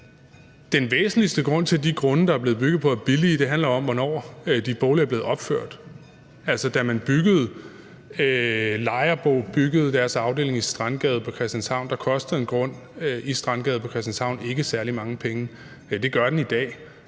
den væsentligste grund til, at de grunde, der er blevet bygget på, er billige, handler om, hvornår de boliger er blevet opført. Altså, da Lejerbo byggede deres afdeling i Strandgade på Christianshavn, kostede en grund dér ikke særlig mange penge, men det gør den i dag.